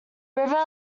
river